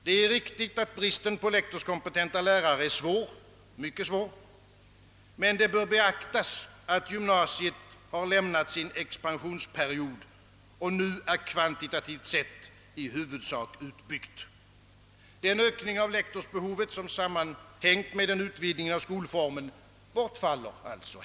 Det är riktigt att bristen på lektorskompetenta lärare är mycket svår, men det bör beaktas att gymnasiet har lämnat sin expansionsperiod och nu kvantitativt sett är i huvudsak utbyggt. Den ökning av lektorsbehovet som sammanhängt med en utvidgning av skolformen bortfaller alltså.